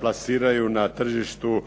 plasiraju na tržištu